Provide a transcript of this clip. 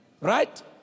right